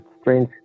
strange